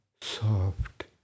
soft